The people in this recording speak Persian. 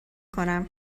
کنم